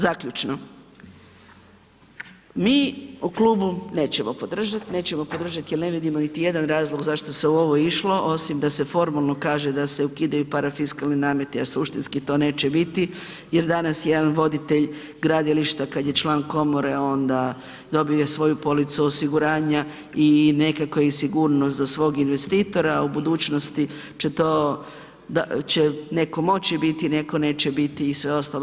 Zaključno, mi u klubu nećemo podržat, nećemo podržat jer ne vidimo niti jedan razlog zašto se u ovo išlo osim da se formalno kaže da se ukidaju parafiskalni nameti, a suštinski to neće biti jer danas jedan voditelj gradilišta kad je član komore onda dobije svoju policu osiguranja i nekakva je sigurnost za svog investitora, a u budućnosti će to netko moći biti, netko neće biti i sve ostalo.